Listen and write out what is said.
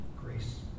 grace